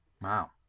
Wow